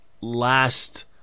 last